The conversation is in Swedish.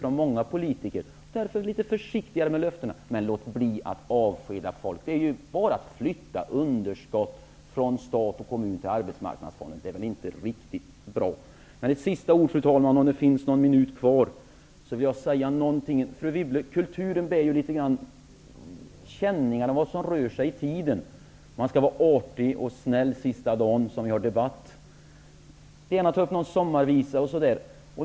Därför bör vi vara litet försiktigare med löftena. Men låt bli att avskeda folk! Det är ju bara att flytta underskott från stat och kommun till arbetsmarknadsfonden. Det vore väl inte riktigt bra. Fru talman! Om det finns någon minut kvar vill jag säga några sista ord. Fru Wibble, kulturen är ju litet grand fråga om känningar om vad som rör sig i tiden. Man skall vara artig och snäll sista dagen som vi har en debatt, och gärna ta upp någon sommarvisa eller liknande.